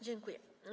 Dziękuję.